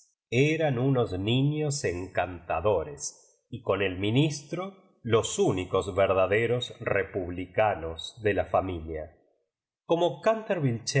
eran unos niños encantadores y con el ministro loa únicos verdaderos republica nos de la familia como